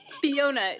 Fiona